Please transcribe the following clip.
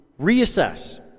reassess